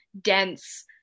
dense